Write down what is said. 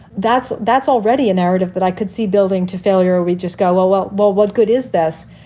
that's that's already a narrative that i could see building to failure. or we just go, oh, well, well, what good is this?